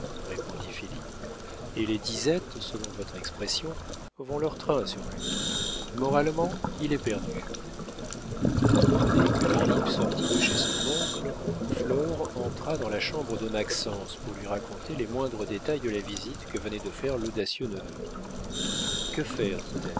répondit philippe et les disettes selon votre expression vont leur train sur lui moralement il est perdu dès que philippe sortit de chez son oncle flore entra dans la chambre de maxence pour lui raconter les moindres détails de la visite que venait de faire l'audacieux neveu que faire